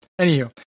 Anywho